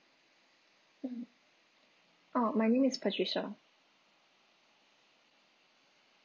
mm oh my name is patricia